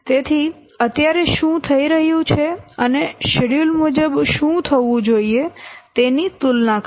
તેથી અત્યારે શું થઈ રહ્યું છે અને શેડ્યૂલ મુજબ શું થવું જોઈએ તેની તુલના કરો